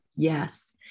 Yes